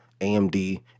AMD